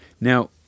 Now